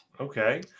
Okay